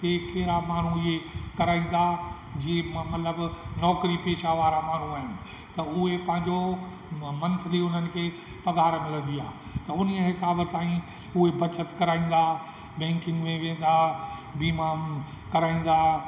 कहिड़ा माण्हू इहे कराइनि था जे मतिलबु नौकिरी पेशा वारा माण्हू आहिनि त उहे पंहिंजो मन्थली उन्हनि खे पघार मिलंदी आहे त उन्हीअ हिसाब सां ई उहे बचति कराईंदा व बैंकिंग में वेंदा बीमा कमु कराईंदा